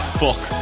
fuck